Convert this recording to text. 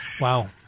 Wow